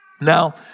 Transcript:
Now